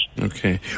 Okay